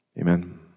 Amen